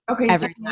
Okay